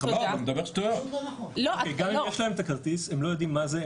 גם אם יש להם את הכרטיס, הם לא יודעים מה זה.